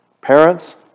parents